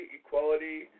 equality